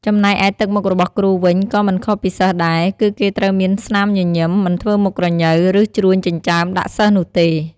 ចំណែកឯទឹកមុខរបស់គ្រូវិញ ក៏មិនខុសពីសិស្សដែរ គឺគេត្រូវមានស្នាមញញឹម មិនធ្វើមុខក្រញ៉ូវ ឬ ជ្រួញចិញ្ចើមដាក់សិស្សនោះទេ។